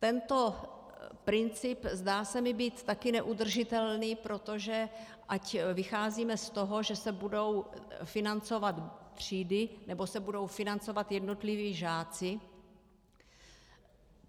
Tento princip zdá se mi být také neudržitelný, protože ať vycházíme z toho, že se budou financovat třídy, nebo se budou financovat jednotliví žáci